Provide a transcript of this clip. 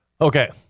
Okay